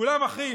כולם אחים.